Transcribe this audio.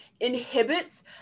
inhibits